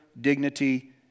dignity